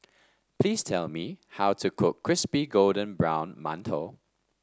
please tell me how to cook Crispy Golden Brown Mantou